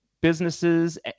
businesses